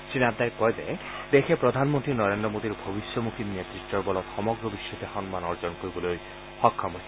শ্ৰীনাড্ডাই কয় যে দেশে প্ৰধানমন্ত্ৰী নৰেদ্ৰ মোডীৰ ভৱিষ্যমূখী নেত়ত্বৰ বলত সমগ্ৰ বিশ্বতে সন্মান অৰ্জন কৰিবলৈ সক্ষম হৈছে